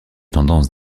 tendance